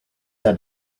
had